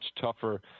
tougher